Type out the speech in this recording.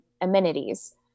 amenities